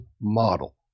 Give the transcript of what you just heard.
model